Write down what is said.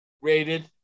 Rated